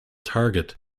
target